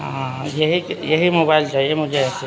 ہاں یہی یہی موبائل چاہیے مجھے ایسے